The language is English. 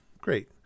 great